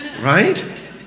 Right